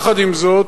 עם זאת,